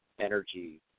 energy